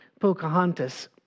Pocahontas